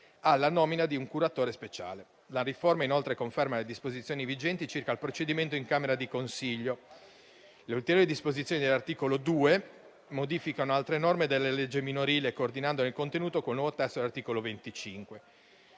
alla nomina di un curatore speciale. La riforma inoltre conferma le disposizioni vigenti circa il procedimento in camera di consiglio. Le ulteriori disposizioni dell'articolo 2 modificano altre norme della legge minorile, coordinandone il contenuto con il nuovo testo dell'articolo 25.